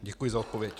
Děkuji za odpověď.